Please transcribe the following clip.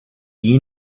you